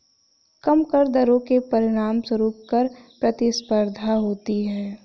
कम कर दरों के परिणामस्वरूप कर प्रतिस्पर्धा होती है